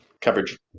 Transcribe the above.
Coverage